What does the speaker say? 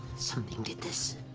something did this.